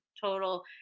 total